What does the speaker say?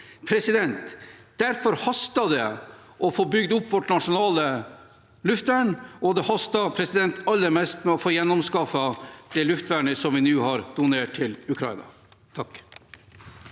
steder. Derfor haster det med å få bygd opp vårt nasjonale luftvern, og det haster aller mest med å få gjenanskaffet det luftvernet vi nå har donert til Ukraina. Ola